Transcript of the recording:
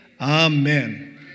Amen